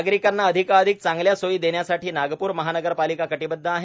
नागरिकांना अधिकाधिक चांगल्या सोयी देण्यासाठी नागपूर महानगरपालिका कटिबद्ध आहे